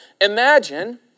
Imagine